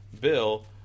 bill